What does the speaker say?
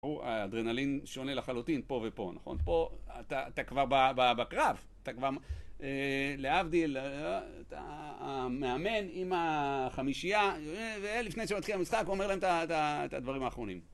הוא אדרנלין שונה לחלוטין פה ופה, נכון? פה אתה כבר בקרב, אתה כבר להבדיל, אתה מאמן עם החמישייה, ולפני שהוא מתחיל המשחק הוא אומר להם את הדברים האחרונים.